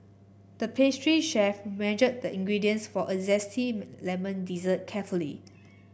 the pastry chef measured the ingredients for a zesty lemon dessert carefully